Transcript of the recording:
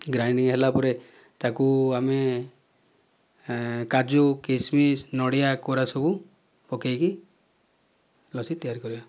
grinding ହେଲା ପରେ ତାକୁ ଆମେ କାଜୁ କିସମିସ ନଡ଼ିଆ କୋରା ସବୁ ପକାଇକି ଲସି ତିଆରି କରିବା